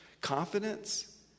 confidence